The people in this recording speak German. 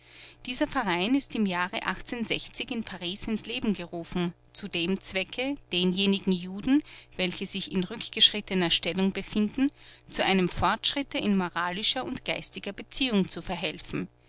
dieser verein ist im jahre in paris ins leben gerufen zu dem zwecke denjenigen juden welche sich in rückgeschrittener stellung befinden zu einem fortschritte in moralischer und geistiger beziehung zu verhelfen